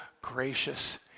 gracious